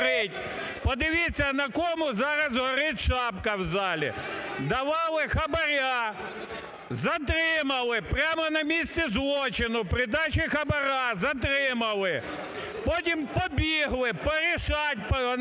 Подивіться, на кому зараз горить шапка в залі. Давали хабара, затримали прямо на місці злочину при дачі хабара, затримали. Потім побігли, "порешать" намагалися.